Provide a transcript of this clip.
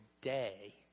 today